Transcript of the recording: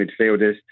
midfielders